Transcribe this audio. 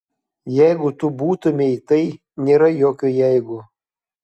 jeigu tu būtumei tai nėra jokio jeigu